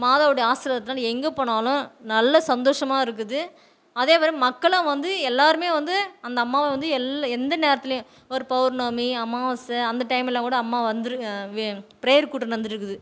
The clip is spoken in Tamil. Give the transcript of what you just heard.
மாதாவோடய ஆசிர்வாதத்தால் எங்கே போனாலும் நல்ல சந்தோஷமாக இருக்குது அதேமாதிரி மக்களும் வந்து எல்லோருமே வந்து அந்த அம்மாவை வந்து எல்லா எந்த நேரத்துலேயும் ஒரு பெளர்ணமி அம்மாவாசை அந்த டயமெல்லாம் கூட அம்மா வந்துரு ப்ரேயர் கூட்டம் நடந்துட்டுருக்குது